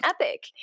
epic